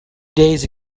days